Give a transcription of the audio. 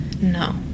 no